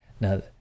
Now